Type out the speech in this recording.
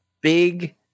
big